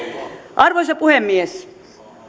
arvoisa puhemies